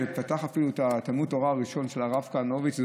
ופתח אפילו את תלמוד התורה הראשון של הרב כהנוביץ.